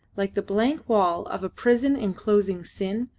like the blank wall of a prison enclosing sin,